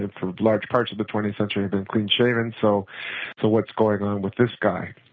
the larger part of the twentieth century have been clean shaven, so so what's going on with this guy